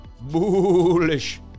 Bullish